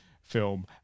film